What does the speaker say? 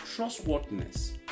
trustworthiness